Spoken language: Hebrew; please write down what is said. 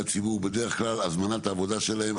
בדרך כלל הזמנת העבודה שלהם,